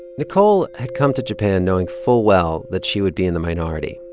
nicole had come to japan knowing full well that she would be in the minority.